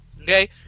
Okay